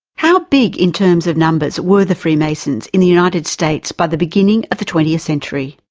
how big in terms of numbers were the freemasons in the united states by the beginning of the twentieth century?